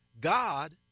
God